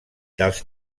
dels